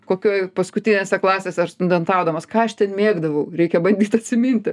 kokioj paskutinėse klasėse ar studentaudamas ką aš ten mėgdavau reikia bandyt atsiminti